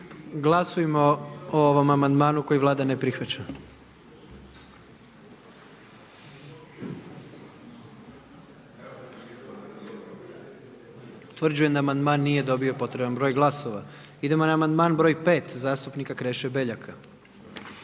Glasujmo o amandmanu koji Vlada ne prihvaća. Utvrđujem da amandman nije dobio potreban broj glasova. Idemo na amandman broj 2 istog zastupnika.